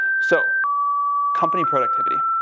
so company productivity,